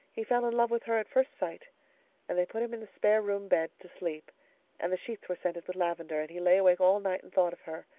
he fell in love with her at first sight and they put him in the spare room bed to sleep and the sheets were scented with lavendar and he lay awake all night and thought of her.